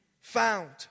found